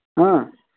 ହଁ